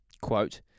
quote